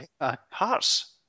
Hearts